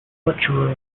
lecturer